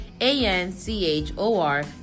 a-n-c-h-o-r